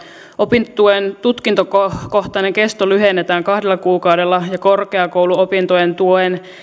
opintotuen tutkintokohtaista kestoa lyhennetään kahdella kuukaudella ja korkeakouluopintojen tuen